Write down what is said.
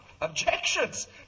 Objections